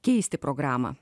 keisti programą